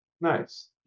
Nice